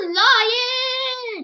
lion